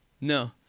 No